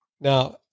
now